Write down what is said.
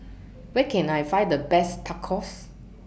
Where Can I Find The Best Tacos